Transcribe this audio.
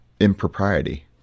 impropriety